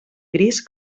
gris